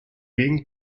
being